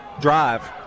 drive